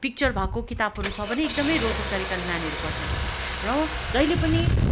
picture भएको किताबहरू छ भने एकदमै रोचक तरिकाले नानीहरू पढ्छन् र जहिले पनि